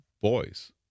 boys